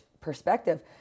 perspective